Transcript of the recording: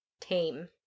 tame